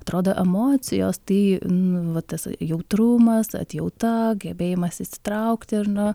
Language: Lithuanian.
atrodo emocijos tai nu va tas jautrumas atjauta gebėjimas įsitraukti ar na